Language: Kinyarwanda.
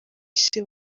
isi